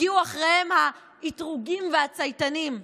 הגיעו אחריהם האִתרוגים והצייתניים.